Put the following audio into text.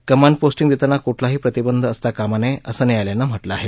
command posting देताना कुठलाही प्रतिबंध असता कामा नये असं न्यायालयानं म्हानिं आहे